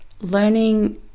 learning